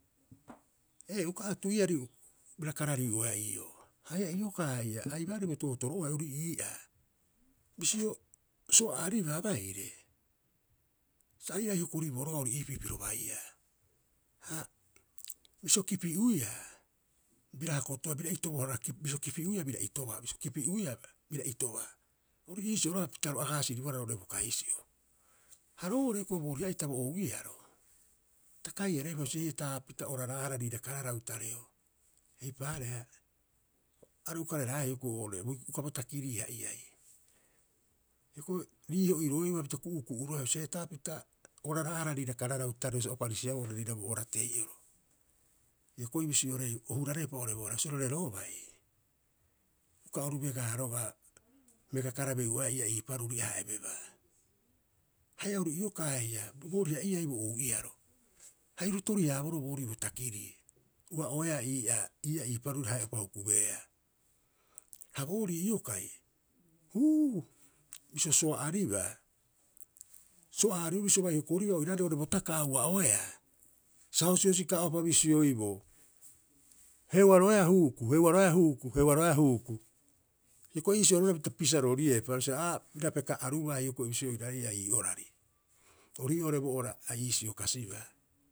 E uka atu'iari bira karariu'oeaa ii'oo, haia iokaa haia. Ai baarii bo tootoro'oai ori ii'aa. Bisio soa'aribaa baire sa airai hokoriboo roga'a ori iipii piro baiia. Ha bisio kipi'uiaa bira hakotoea bira itobohara roga'a. Bisio kipi'uiia bira itobaa bisio kipi'uiia bira itobaa, ori iisio roga'a pita ro agaasiribohara roo'ore bo kaisio. Ha roo'ore hioko'i booriha'ita bo ou'iaro, ta kai- hareeupa bisio heetaapita oraraahara riira kararau tareo. Eipaareha aru ukareraeaa hioko'i oo'ore, uka bo takiriiha'iai. Hioko'i riiho'iroeuba pita ku'uku'uroepa, heetaapita oraraahara riira kararau tareo sa o parisiaboo riira bo oratei'oro. Hioko'i bisioreu o hurareupa oo'ore bo ora bisio, Roreroobai uka oru begaa roga'a bega karabeu'oeaa ii paruri a haebebaa. Haia oru iokaa haia booriha'iai bo ou'iaro, ha iru tori- haaboroo boorii bo takirii ua'oeaa ii'aa ii'aa ii paruri a hae'upa hukubeea. Ha boorii iokai, huu, bisio soa'aribaa, soa'ahaaribori, bisio bai hokoribaa oiraarei oo'ore bo taka'a ua'oeaa, sa hosihosikaa'upa bisioiboo, heuaroeaa huuku, heuaroeaa huuku, heuaroeaa huuku. Hioko'i iisiorebohara pita pisaririepa, are bisiorioupa aa bira peka arubaa hioko'i a bisioi baiaa ii orari. Ori ii'oo oo'ore bo ora a iisio kasibaa.